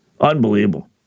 Unbelievable